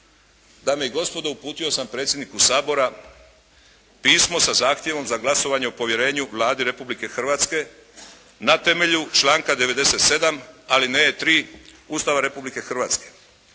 Dame i gospodo uputio sam predsjedniku Sabora pismo sa zahtjevom za glasovanje o povjerenju Vladi Republike Hrvatske na temelju članka 97. alineje 3. Ustava Republike Hrvatske.